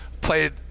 Played